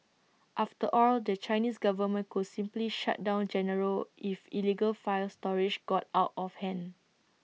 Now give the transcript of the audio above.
after all the Chinese government could simply shut down Genaro if illegal file storage got out of hand